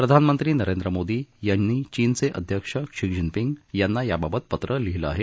प्रधानमंत्री नरेंद्र मोदी यांनी चीनचे अध्यक्ष शी जिनपिंग यांना याबाबत पत्र लिहिलं आहे